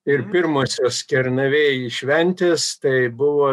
ir pirmosios kernavėj šventės tai buvo